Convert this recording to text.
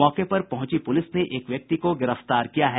मौके पर पहुंची प्रलिस ने एक व्यक्ति को गिरफ्तार किया है